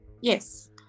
Yes